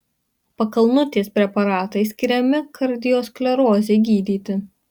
pakalnutės preparatai skiriami kardiosklerozei gydyti